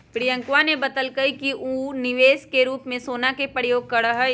प्रियंकवा ने बतल कई कि ऊ निवेश के रूप में सोना के प्रयोग करा हई